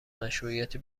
مشروعیت